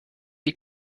die